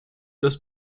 das